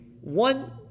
one